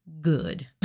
good